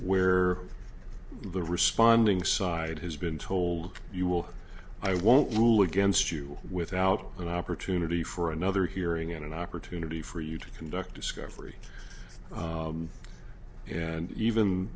where the responding side has been told you will i won't rule against you without an opportunity for another hearing in an opportunity for you to conduct discovery and even